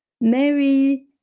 Mary